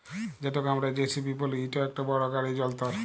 যেটকে আমরা জে.সি.বি ব্যলি ইট ইকট বড় গাড়ি যল্তর